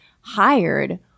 hired